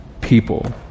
people